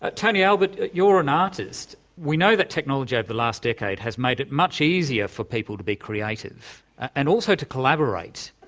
ah tony albert, you're an artist. we know that technology over the last decade has made it much easier for people to be creative, and also to collaborate.